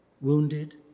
wounded